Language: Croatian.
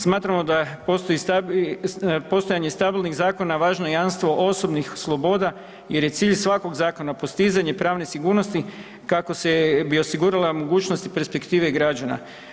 Smatramo da postojanje stabilnih zakona je važno jamstvo osobnih sloboda jer je cilj svakog zakona postizanje pravne sigurnosti, kako se bi osigurala mogućnost i perspektive građana.